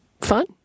fun